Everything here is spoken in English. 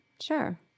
Sure